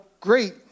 great